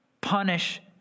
punish